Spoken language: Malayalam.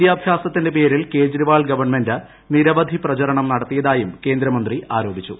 വിദ്യാഭ്യാസത്തിന്റെ പേരിൽ കെജ്രിവാൾ ഗവൺമെന്റ് നിർവ്ഡി പ്രചരണം നടത്തിയതായും കേന്ദ്രമന്ത്രി ആരോപിച്ചു